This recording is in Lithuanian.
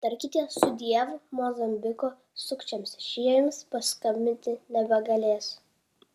ištarkite sudiev mozambiko sukčiams šie jums paskambinti nebegalės